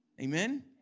Amen